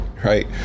Right